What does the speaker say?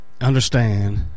understand